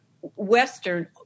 Western